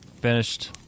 finished